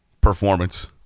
performance